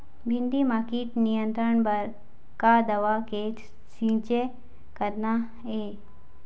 भिंडी म कीट नियंत्रण बर का दवा के छींचे करना ये?